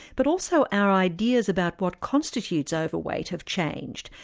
but also our ideas about what constitutes overweight have changed,